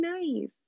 nice